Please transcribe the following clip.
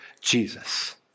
Jesus